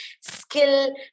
skill